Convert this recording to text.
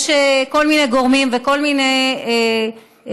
יש כל מיני גורמים וכל מיני בעיות.